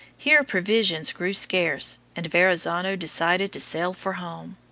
here provisions grew scarce, and verrazzano decided to sail for home.